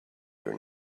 your